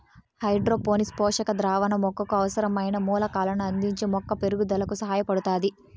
hydroponics పోషక ద్రావణం మొక్కకు అవసరమైన మూలకాలను అందించి మొక్క పెరుగుదలకు సహాయపడుతాది